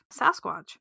sasquatch